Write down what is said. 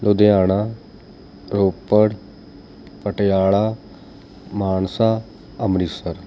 Ludhiana Ropar Patiala Mansa Amritsar